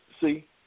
See